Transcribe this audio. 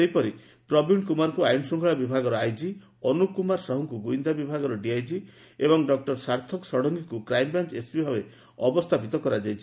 ସେହିପରି ପ୍ରବୀଣ କୁମାରଙ୍କୁ ଆଇନ ଶୃଙ୍ଖଳା ବିଭାଗର ଆଇଜି ଅନୁପ କୁମାର ସାହୁଙ୍ଙୁ ଗୁଇନ୍ଦା ବିଭାଗର ଡିଆଇଜି ଏବଂ ଡକୁର ସାର୍ଥକ ଷଡଙଗୀଙ୍କୁ କ୍ରାଇମବ୍ରାଞ୍ ଏସପିଭାବେ ଅବସ୍ରାପିତ କରାଯାଇଛି